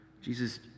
Jesus